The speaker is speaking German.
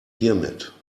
hiermit